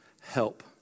help